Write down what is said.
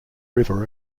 river